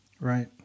Right